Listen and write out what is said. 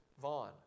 Vaughn